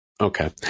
Okay